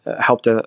helped